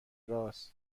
رآس